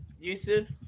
Yusuf